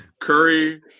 Curry